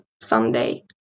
someday